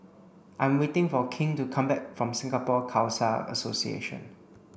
I'm waiting for King to come back from Singapore Khalsa Association